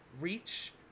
reach